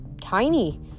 tiny